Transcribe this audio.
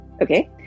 Okay